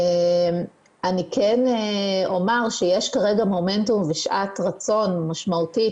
אני כן אומַר שיש כרגע מומנטום ושעת רצון משמעותית